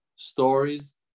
stories